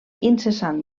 incessant